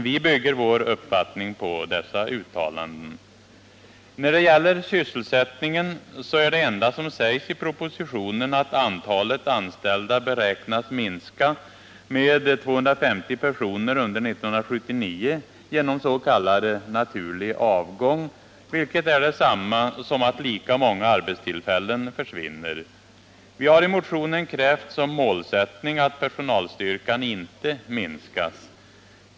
Vi bygger vår uppfattning på dessa uttalanden. När det gäller sysselsättningen, är det enda som sägs i propositionen att antalet anställda beräknas minska med 250 personer under 1979 genom s.k. naturlig avgång, vilket är detsamma som att lika många arbetstillfällen försvinner. Vi har i motionen krävt som målsättning att personalstyrkan inte minskas.